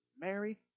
Mary